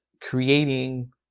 creating